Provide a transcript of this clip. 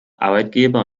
arbeitgeber